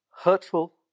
hurtful